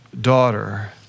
daughter